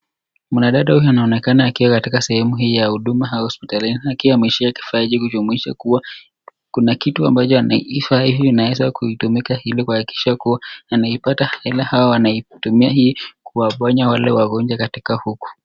Mwanadada huyu anaonekana akiwa katika sehemu hii ya huduma au hospitalini akiwa ameshika kifaa hichi kujumuisha kuwa kuna kitu ambayo vifaa hivi vinaweza kutumika ili kuhakikisha kuwa anaipata hela au anaitumia hii kuwaponya wale wagonjwa katika huku.